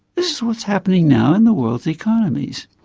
this is what's happening now in the world's economies.